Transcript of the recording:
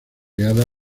creada